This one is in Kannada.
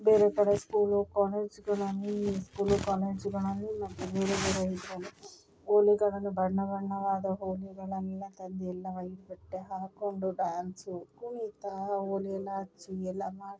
ಬೇರೆ ಥರ ಸ್ಕೂಲು ಕಾಲೇಜುಗಳಲ್ಲಿ ಸ್ಕೂಲು ಕಾಲೇಜುಗಳಲ್ಲಿ ಮತ್ತು ಬೇರೆ ಬೇರೆ ಇದರಲ್ಲಿ ಹೋಳಿಗಳನ್ನು ಬಣ್ಣ ಬಣ್ಣವಾದ ಹೋಳಿಗಳನೆಲ್ಲ ತಂದು ಎಲ್ಲ ವಯ್ಟ್ ಬಟ್ಟೆ ಹಾಕ್ಕೊಂಡು ಡ್ಯಾನ್ಸು ಕುಣಿತ ಹೋಳಿಯೆಲ್ಲ ಹಚ್ಚಿ ಎಲ್ಲ ಮಾಡಿ